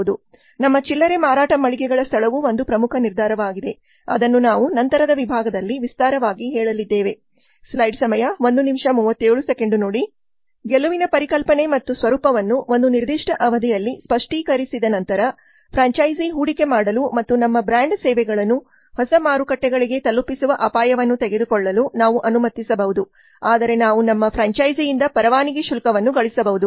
ನಮ್ಮ ಚಿಲ್ಲರೆ ಮಾರಾಟ ಮಳಿಗೆಗಳ ಸ್ಥಳವು ಒಂದು ಪ್ರಮುಖ ನಿರ್ಧಾರವಾಗಿದೆ ಅದನ್ನು ನಾವು ನಂತರದ ವಿಭಾಗದಲ್ಲಿ ವಿಸ್ತಾರವಾಗಿ ಹೇಳಲಿದ್ದೇವೆ ಗೆಲುವಿನ ಪರಿಕಲ್ಪನೆ ಮತ್ತು ಸ್ವರೂಪವನ್ನು ಒಂದು ನಿರ್ದಿಷ್ಟ ಅವಧಿಯಲ್ಲಿ ಸ್ಫಷ್ಟಿಕರಿಸಿದ ನಂತರ ಫ್ರ್ಯಾಂಚೈಸೀ ಹೂಡಿಕೆ ಮಾಡಲು ಮತ್ತು ನಮ್ಮ ಬ್ರಾಂಡ್ಸೇವೆಗಳನ್ನು ಹೊಸ ಮಾರುಕಟ್ಟೆಗಳಿಗೆ ತಲುಪಿಸುವ ಅಪಾಯವನ್ನು ತೆಗೆದುಕೊಳ್ಳಲು ನಾವು ಅನುಮತಿಸಬಹುದು ಆದರೆ ನಾವು ನಮ್ಮ ಫ್ರ್ಯಾಂಚೈಸಿಯಿಂದ ಪರವಾನಗಿ ಶುಲ್ಕವನ್ನು ಗಳಿಸಬಹುದು